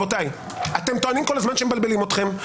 אתם טוענים כל הזמן שמבלבלים אתכם,